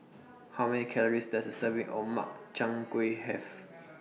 How Many Calories Does A Serving of Makchang Gui Have